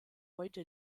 heute